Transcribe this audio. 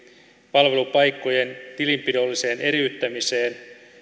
palvelupaikkojen tilinpidolliseen eriyttämiseen